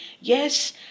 Yes